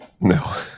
no